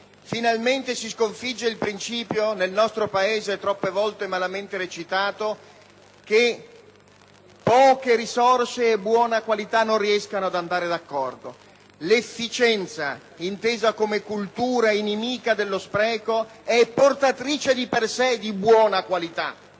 Finalmente si sconfigge il principio, nel nostro Paese troppo volte malamente recitato, che poche risorse e buona qualità non riescano ad andare d'accordo. L'efficienza, intesa come cultura nemica dello spreco, è portatrice di per sé di buona qualità.